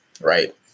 Right